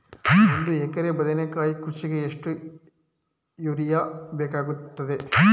ಒಂದು ಎಕರೆ ಬದನೆಕಾಯಿ ಕೃಷಿಗೆ ಎಷ್ಟು ಯೂರಿಯಾ ಬೇಕಾಗುತ್ತದೆ?